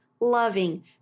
loving